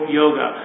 yoga